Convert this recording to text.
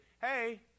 hey